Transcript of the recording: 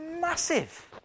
massive